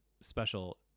special